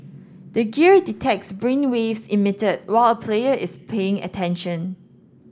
the gear detects brainwaves emitted while a player is paying attention